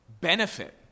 benefit